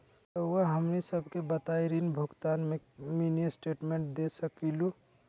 रहुआ हमनी सबके बताइं ऋण भुगतान में मिनी स्टेटमेंट दे सकेलू?